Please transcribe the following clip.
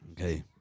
Okay